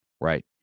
right